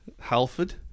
Halford